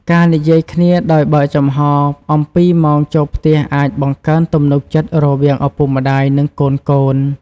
ការនិយាយគ្នាដោយបើកចំហអំពីម៉ោងចូលផ្ទះអាចបង្កើនទំនុកចិត្តរវាងឪពុកម្តាយ និងកូនៗ។